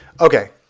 Okay